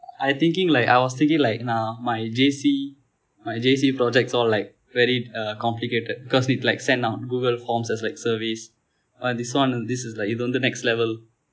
I thinking like I was thinking like நான்:naan my J_C my J_C projects all like very uh complicated because need to like send out google forms as like surveys uh this one this is like இது வந்து:ithu vanthu next level